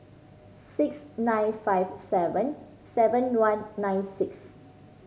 six nine five seven seven one nine six